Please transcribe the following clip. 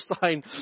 sign